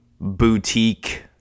boutique